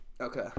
Okay